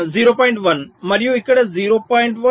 1 మరియు ఇక్కడ 0